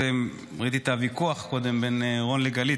ראיתי את הוויכוח קודם בין רון לגלית.